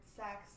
sex